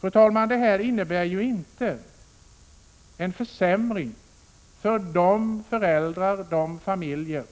Fru talman! Detta innebär inte en försämring för de barnfamiljer